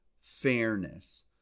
fairness